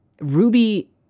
Ruby